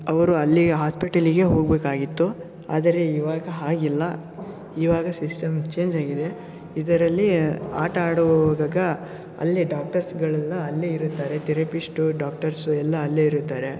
ಅವರು ಅಲ್ಲಿಗೆ ಹಾಸ್ಪಿಟೆಲ್ಲಿಗೆ ಹೋಗಬೇಕಾಗಿತ್ತು ಆದರೆ ಇವಾಗ ಹಾಗಿಲ್ಲ ಇವಾಗ ಸಿಸ್ಟಮ್ ಚೇಂಜಾಗಿದೆ ಇದರಲ್ಲಿ ಆಟ ಆಡುವಾಗ ಅಲ್ಲೇ ಡಾಕ್ಟರ್ಸ್ಗಳೆಲ್ಲ ಅಲ್ಲೇ ಇರುತ್ತಾರೆ ತೆರಪಿಸ್ಟು ಡಾಕ್ಟರ್ಸು ಎಲ್ಲ ಅಲ್ಲೇ ಇರುತ್ತಾರೆ